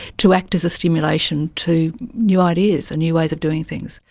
to act as a stimulation to new ideas and new ways of doing things.